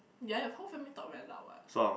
ya your whole family talk very loud what